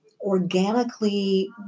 organically